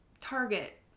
Target